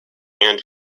and